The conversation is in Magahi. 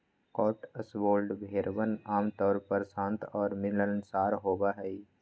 कॉटस्वोल्ड भेड़वन आमतौर पर शांत और मिलनसार होबा हई